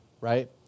right